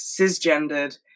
cisgendered